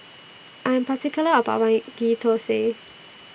I Am particular about My Ghee Thosai